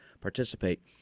participate